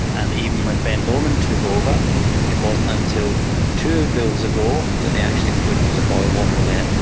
and even when ben lomond took over it wasn't until two bills ago that they actually put it was a boil water alert.